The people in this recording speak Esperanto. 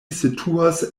situas